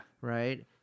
right